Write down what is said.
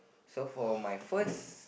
so for my first